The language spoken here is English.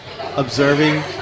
observing